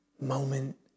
moment